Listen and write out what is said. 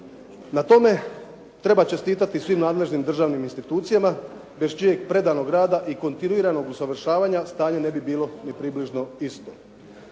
Na tome treba čestitati svim nadležnim državnim institucijama bez čijeg predanog rada i kontinuiranog usavršavanja stanje ne bi bilo ni približno isto.